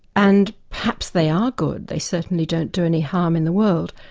and perhaps they are good, they certainly don't do any harm in the world,